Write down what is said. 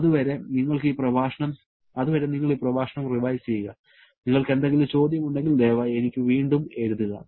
അതുവരെ നിങ്ങൾ ഈ പ്രഭാഷണം റിവൈസ് ചെയ്യുക നിങ്ങൾക്ക് എന്തെങ്കിലും ചോദ്യമുണ്ടെങ്കിൽ ദയവായി എനിക്ക് വീണ്ടും എഴുതുക